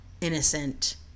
innocent